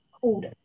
called